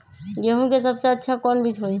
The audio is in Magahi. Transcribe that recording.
गेंहू के सबसे अच्छा कौन बीज होई?